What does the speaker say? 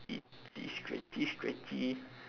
itchy scratchy scratchy